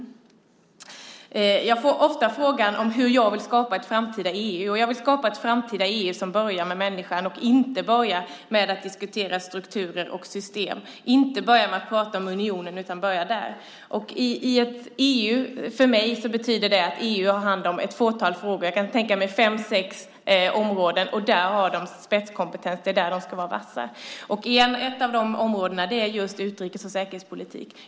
Jag får ofta frågan hur jag vill skapa ett framtida EU. Jag vill skapa ett framtida EU som börjar med människan och inte börjar med att diskutera strukturer och system, som inte börjar med att tala om unionen utan som börjar där. För mig betyder det att EU har hand om ett fåtal frågor. Jag kan tänka mig fem sex områden. Där har det spetskompetens, och det är där det ska vara vasst. Ett av de områdena är just utrikes och säkerhetspolitik.